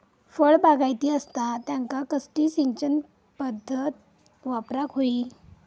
फळबागायती असता त्यांका कसली सिंचन पदधत वापराक होई?